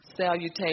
salutation